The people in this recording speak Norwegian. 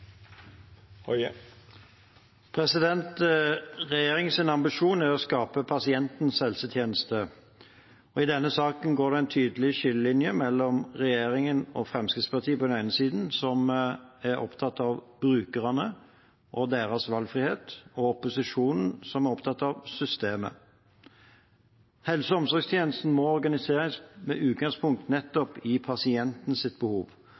en tydelig skillelinje mellom på den ene siden regjeringen og Fremskrittspartiet, som er opptatt av brukerne og deres valgfrihet, og på den andre siden opposisjonen, som er opptatt av systemet. Helse- og omsorgstjenesten må organiseres med utgangspunkt i nettopp pasientenes behov.